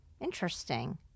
Interesting